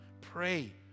Pray